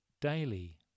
daily